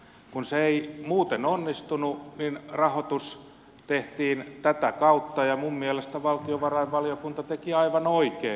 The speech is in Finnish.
kun se ei muuten onnistunut niin rahoitus tehtiin tätä kautta ja minun mielestäni valtiovarainvaliokunta teki aivan oikein